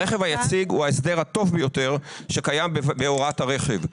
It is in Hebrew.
הרכב היציג הוא ההסדר הטוב ביותר שקיים בהוראת הרכב.